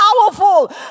powerful